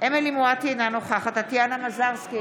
אמילי חיה מואטי, אינה נוכחת טטיאנה מזרסקי,